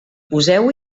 poseu